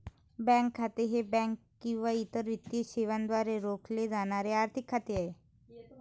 bank खाते हे bank किंवा इतर वित्तीय संस्थेद्वारे राखले जाणारे आर्थिक खाते आहे